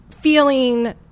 feeling